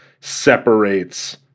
separates